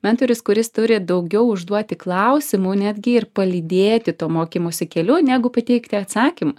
mentorius kuris turi daugiau užduoti klausimų netgi ir palydėti tuo mokymosi keliu negu pateikti atsakymą